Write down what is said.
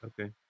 Okay